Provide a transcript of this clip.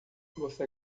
você